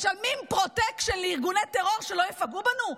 משלמים פרוטקשן לארגוני טרור שלא יפגעו בנו?